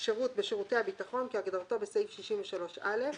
שירות בשירותי הביטחון כהגדרתו בסעיף 63א,